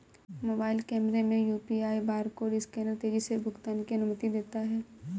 mobile कैमरे में UPI barcode scanner तेजी से भुगतान की अनुमति देता है